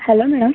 hello madam